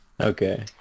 Okay